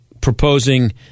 proposing